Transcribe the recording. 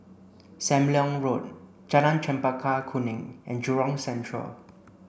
Sam Leong Road Jalan Chempaka Kuning and Jurong Central